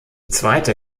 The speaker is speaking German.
zweite